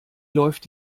läuft